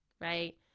right